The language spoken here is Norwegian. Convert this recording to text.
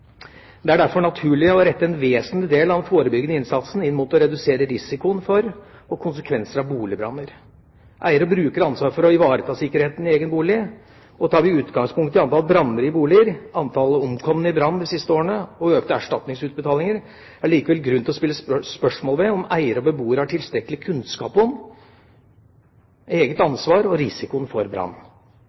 Det er derfor naturlig å rette en vesentlig del av den forebyggende innsatsen inn mot å redusere risikoen for og konsekvenser av boligbranner. Eier og bruker har ansvar for å ivareta sikkerheten i egen bolig. Og tar vi utgangspunkt i antall branner i boliger, antallet omkomne i brann de siste årene og økte erstatningsutbetalinger, er det likevel grunn til å stille spørsmål ved om eiere og beboere har tilstrekkelig kunnskap om eget ansvar og risikoen for brann.